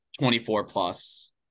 24-plus